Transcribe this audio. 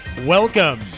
Welcome